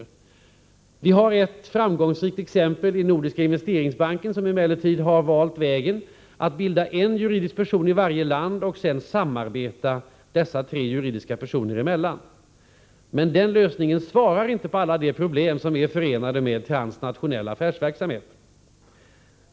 Vi har ett framgångsrikt exempel i Nordiska investeringsbanken, som emellertid har valt att bilda en juridisk person i varje land och sedan 57 samarbeta dessa tre juridiska personer emellan. Den lösningen svarar inte på alla de problem som är förenade med transnationell affärsverksamhet.